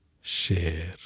share